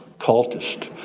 cultist,